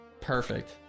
perfect